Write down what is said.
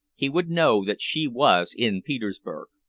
he would know that she was in petersburg.